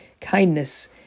kindness